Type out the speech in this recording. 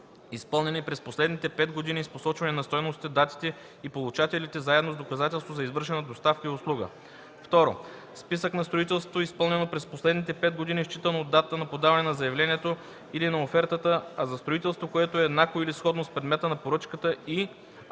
изпълнени през последните 5 години, с посочване на стойностите, датите и получателите, заедно с доказателство за извършената доставка и услуга; 2. списък на строителството, изпълнено през последните 5 години, считано от датата на подаване на заявлението или на офертата, а за строителство, което е еднакво или сходно с предмета на поръчката, и: